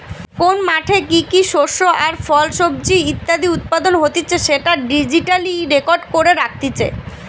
কোন মাঠে কি কি শস্য আর ফল, সবজি ইত্যাদি উৎপাদন হতিছে সেটা ডিজিটালি রেকর্ড করে রাখতিছে